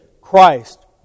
Christ